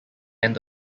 end